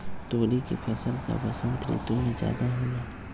तोरी के फसल का बसंत ऋतु में ज्यादा होला?